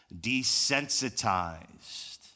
desensitized